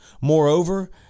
Moreover